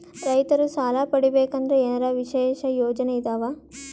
ರೈತರು ಸಾಲ ಪಡಿಬೇಕಂದರ ಏನರ ವಿಶೇಷ ಯೋಜನೆ ಇದಾವ?